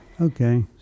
Okay